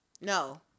No